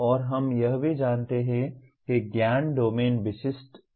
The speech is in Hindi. और हम यह भी जानते हैं कि ज्ञान डोमेन विशिष्ट और प्रासंगिक है